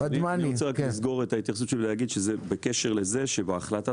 אני רוצה רק לסגור את ההתייחסות שלי ולהגיד בקשר לזה שבהחלטת